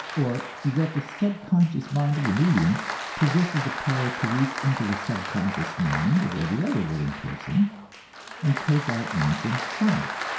or that the subconscious mind of the medium possesses the power to reach into the subconscious mind of every other living person and take out anything from it.